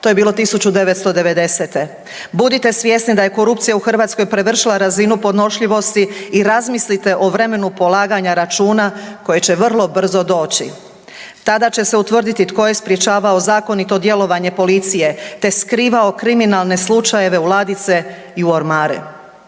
To je bilo 1990. Budite svjesni da je korupcija u Hrvatskoj prevršila razinu podnošljivosti i razmislite o vremenu polaganja računa koje će vrlo brzo doći. Tada će se utvrditi tko je sprječavao zakonito djelovanje policije te skrivao kriminalne slučajeve u ladice i u ormare.